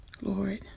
Lord